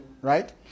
right